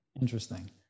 Interesting